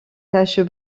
taches